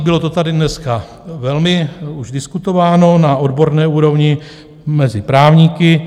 Bylo to tady dneska velmi diskutováno na odborné úrovni mezi právníky.